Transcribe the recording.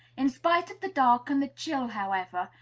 in spite of the dark and the chill, however,